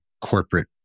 corporate